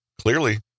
Clearly